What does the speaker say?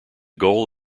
goal